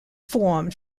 formed